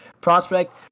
prospect